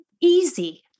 easy